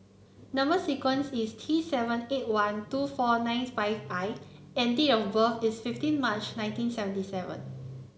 number sequence is T seven eight one two four nine five I and date of birth is fifteen March nineteen seventy seven